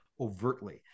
overtly